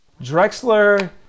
Drexler